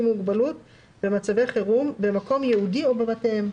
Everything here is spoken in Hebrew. עם מוגבלות במצבי חירום במקום ייעודי או בבתיהם,